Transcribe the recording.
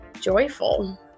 joyful